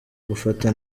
gufata